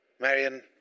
Marion